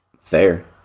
Fair